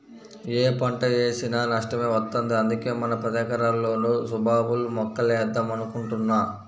యే పంట వేసినా నష్టమే వత్తంది, అందుకే మన పదెకరాల్లోనూ సుబాబుల్ మొక్కలేద్దాం అనుకుంటున్నా